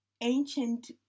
ancient